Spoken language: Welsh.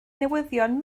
newyddion